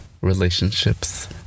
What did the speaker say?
relationships